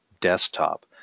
desktop